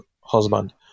husband